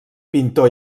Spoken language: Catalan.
pintor